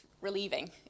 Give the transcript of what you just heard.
relieving